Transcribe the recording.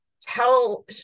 tell